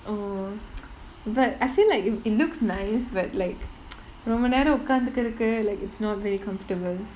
oh but I feel like it it looks nice but like ரொம்ப நேரம் உக்காந்துட்டு இருக்க:romba neram ukkaanthuttu irukka like it's not very comfortable